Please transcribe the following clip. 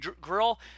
grill